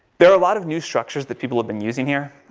there are a lot of new structures that people have been using here.